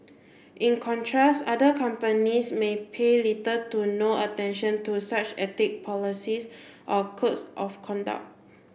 in contrast other companies may pay little to no attention to such policies or codes of conduct